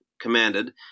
commanded